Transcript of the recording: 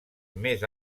més